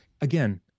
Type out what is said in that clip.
again